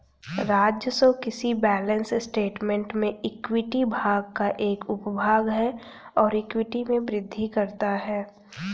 राजस्व किसी balance statement में इक्विटी भाग का एक उपभाग है और इक्विटी में वृद्धि करता है